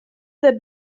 that